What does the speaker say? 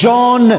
John